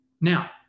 Now